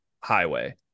highway